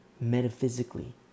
metaphysically